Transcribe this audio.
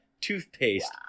toothpaste